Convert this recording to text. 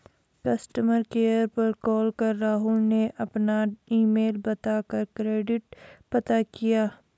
customer care पर call कर राहुल ने अपना ईमेल बता कर क्रेडिट पता किया